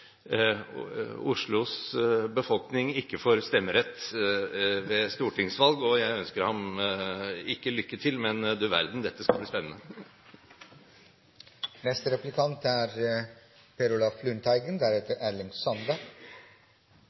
Oslos befolkning ikke får stemmerett ved stortingsvalg. Jeg ønsker ham – ikke lykke til, men du verden, dette skal bli spennende.